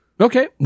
Okay